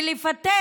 ולפתח,